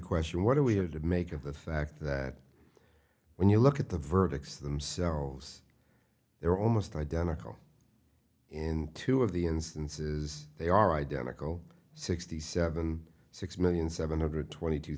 question what do we have to make of the fact that when you look at the verdicts themselves they're almost identical in two of the instances they are identical sixty seven six million seven hundred twenty two